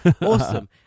Awesome